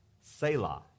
selah